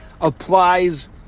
applies